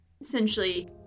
essentially